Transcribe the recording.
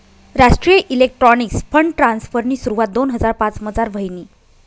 राष्ट्रीय electronics fund ट्रान्स्फरनी सुरवात दोन हजार पाचमझार व्हयनी